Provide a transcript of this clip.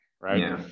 right